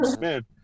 man